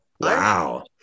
Wow